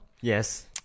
Yes